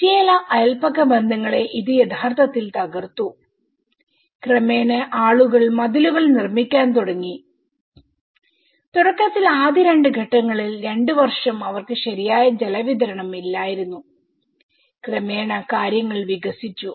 ചില അയൽപക്കബന്ധങ്ങളെ ഇത് യഥാർത്ഥത്തിൽ തകർത്തു ക്രമേണ ആളുകൾ മതിലുകൾ നിർമ്മിക്കാൻ തുടങ്ങിതുടക്കത്തിൽ ആദ്യ രണ്ട് ഘട്ടങ്ങളിൽ രണ്ട് വർഷം അവർക്ക് ശരിയായ ജലവിതരണം ഇല്ലായിരുന്നു ക്രമേണ കാര്യങ്ങൾ വികസിച്ചു